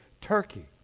Turkey